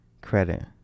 credit